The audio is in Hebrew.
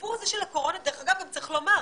הסיפור הזה של הקורונה, גם צריך לומר,